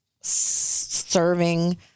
serving